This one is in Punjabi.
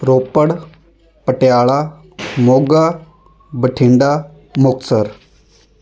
ਰੋਪੜ ਪਟਿਆਲਾ ਮੋਗਾ ਬਠਿੰਡਾ ਮੁਕਤਸਰ